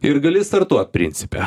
ir gali startuot principe